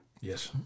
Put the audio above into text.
Yes